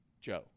Joe